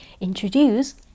introduce